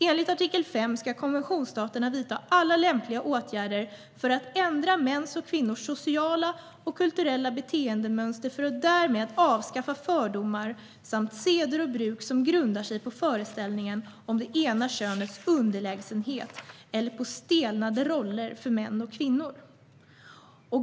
Enligt artikel 5 ska konventionsstaterna vidta alla lämpliga åtgärder för att ändra mäns och kvinnors sociala och kulturella beteendemönster för att därmed avskaffa fördomar samt seder och bruk som grundar sig på föreställningen om det ena könets underlägsenhet eller på stelnade roller för män och kvinnor.